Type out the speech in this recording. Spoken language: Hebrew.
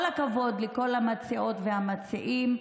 כל הכבוד למציעות והמציעים.